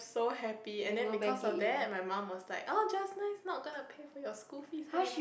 so happy and then because of that my mum was like oh just nice not gonna pay for your school fees anymore